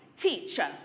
Teacher